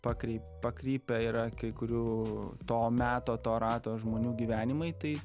pakry pakrypę yra kai kurių to meto to rato žmonių gyvenimai tai